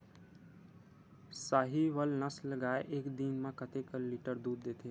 साहीवल नस्ल गाय एक दिन म कतेक लीटर दूध देथे?